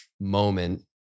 moment